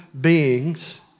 beings